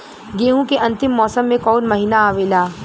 गेहूँ के अंतिम मौसम में कऊन महिना आवेला?